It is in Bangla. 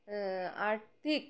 আর্থিক